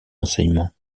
enseignements